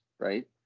Right